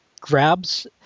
grabs